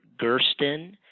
Gersten